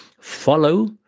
follow